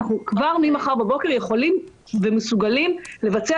אנחנו כבר ממחר בבוקר יכולים ומסוגלים לבצע